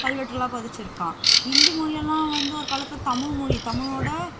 கல்வெட்டுலாம் பதிச்சிருக்கான் ஹிந்தி மொழியெல்லாம் வந்து ஒரு காலத்தில் தமிழ்மொழி தமிழோட